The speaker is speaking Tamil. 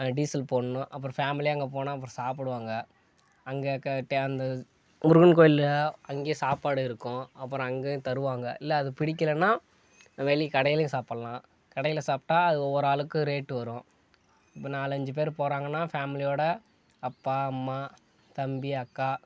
டீசல் போடணும் அப்புறம் ஃபேமிலியாக அங்கே போனால் அப்புறம் சாப்பிடுவாங்க அங்கே அந்த முருகன் கோயிலில் அங்கேயே சாப்பாடு இருக்கும் அப்புறம் அங்கேயும் தருவாங்க இல்லை அது பிடிக்கலைன்னா வெளி கடையிலேயும் சாப்பிட்லாம் கடையில சாப்பிட்டா அது ஒவ்வொரு ஆளுக்கு ரேட்டு வரும் இப்போது நாலஞ்சு பேர் போகிறாங்கன்னா ஃபேமிலியோடு அப்பா அம்மா தம்பி அக்கா